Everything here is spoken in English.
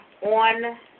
On